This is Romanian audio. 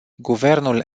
guvernul